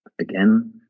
again